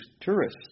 tourists